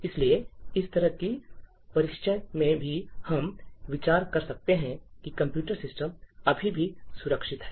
इसलिए इस तरह के परिदृश्य में भी हम विचार कर सकते हैं कि कंप्यूटर सिस्टम अभी भी सुरक्षित है